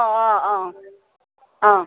অঁ অঁ অঁ